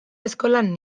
eskolan